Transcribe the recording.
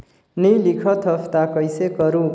नी लिखत हस ता कइसे करू?